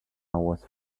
was